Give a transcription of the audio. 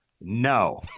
No